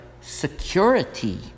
security